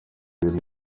ibintu